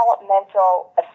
developmental